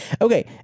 okay